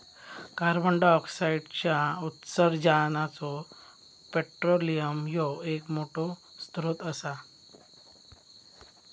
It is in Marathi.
कार्बंडाईऑक्साईडच्या उत्सर्जानाचो पेट्रोलियम ह्यो एक मोठो स्त्रोत असा